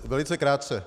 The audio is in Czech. Velice krátce.